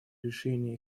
решении